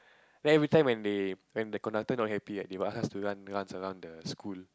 then every time when they when the conductor not happy right they will ask us run rounds around the school